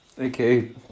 Okay